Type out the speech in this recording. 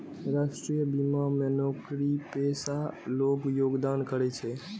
राष्ट्रीय बीमा मे नौकरीपेशा लोग योगदान करै छै